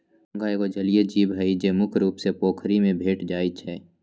घोंघा एगो जलिये जीव हइ, जे मुख्य रुप से पोखरि में भेंट जाइ छै